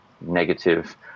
negative